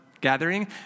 gathering